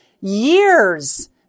years